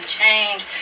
change